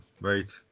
Wait